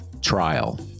trial